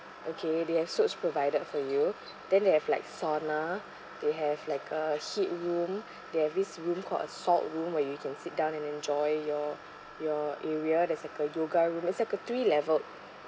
okay they have soaps provided for you then they have like sauna they have like a heat room they have this room called a salt room where you can sit down and enjoy your your area there's like a yoga room it's like a three level